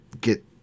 get